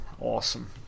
Awesome